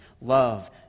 Love